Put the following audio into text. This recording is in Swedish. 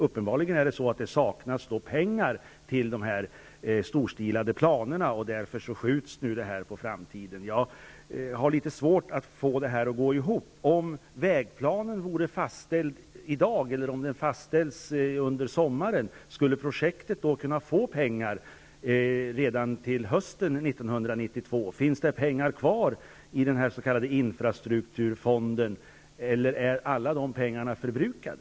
Uppenbarligen saknas det pengar när det gäller dessa storstilade planer. Därför skjuts det här på framtiden. Jag har litet svårt att få det hela att gå ihop. Om vägplanen hade varit fastställd i dag, eller om den fastställdes under sommaren, skulle man då beträffande det här projektet kunna få pengar redan hösten 1992? Finns det några pengar kvar i den s.k. infrastrukturfonden, eller är alla de pengarna förbrukade?